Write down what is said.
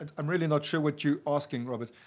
ah i'm really not sure what you asking, robert.